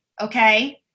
Okay